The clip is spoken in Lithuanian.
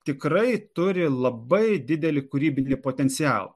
tikrai turi labai didelį kūrybinį potencialą